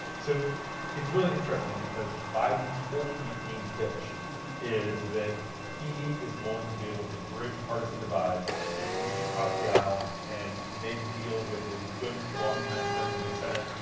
so is really interesting because joe biden's whole campaign pitch is that he is going to be able to bridge partisan divide and reach across the aisle and make deals with his good, longtime friends in the senate.